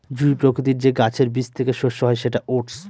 জুঁই প্রকৃতির যে গাছের বীজ থেকে শস্য হয় সেটা ওটস